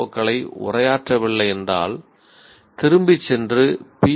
ஓக்களை உரையாற்றவில்லை என்றால் திரும்பிச் சென்று பி